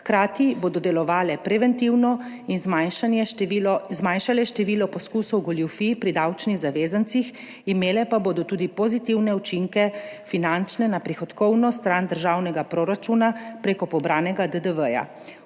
Hkrati bodo delovale preventivno in zmanjšale število poskusov goljufij pri davčnih zavezancih, imele pa bodo tudi pozitivne finančne učinke na prihodkovno stran državnega proračuna prek pobranega DDV.